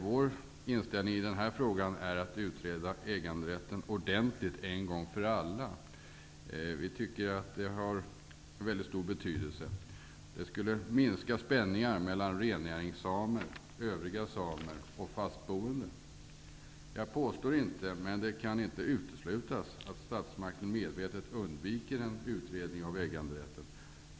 Vår inställning i den frågan är att man skall utreda äganderätten ordentligt en gång för alla. Vi tycker att det har väldigt stor betydelse. Det skulle minska spänningarna mellan rennäringssamer, övriga samer och fastboende. Jag påstår inte, men det kan inte uteslutas, att statsmakten medvetet undviker en utredning om äganderätten.